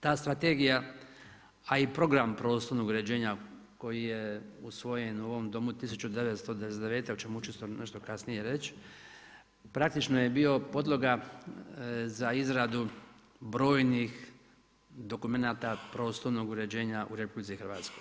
Ta strategija a i program prostornog uređenja koji je usvojen u ovom Domu 1999. o čemu ću isto malo kasnije reći, praktično je bio podloga za izradu brojnih dokumenata prostornog uređenja u RH.